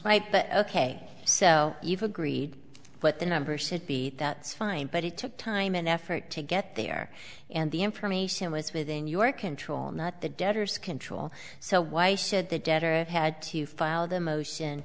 might but ok so eve agreed but the number should be that's fine but it took time and effort to get there and the information was within your control not the debtors control so why should the debtor had to filed a motion